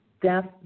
death